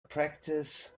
practice